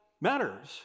matters